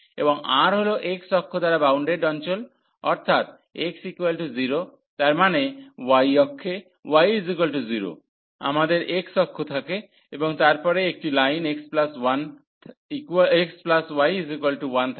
এবং R হল x অক্ষ দ্বারা বাউন্ডেড অঞ্চল অর্থাৎ x 0 তার মানে y অক্ষে y 0 আমাদের x অক্ষ থাকে এবং তারপরে একটি লাইন xy 1 থাকে